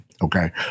Okay